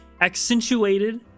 accentuated